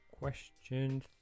Question